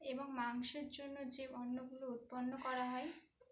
এবং মাংসের জন্য যে অন্নগুলো উৎপন্ন করা হয়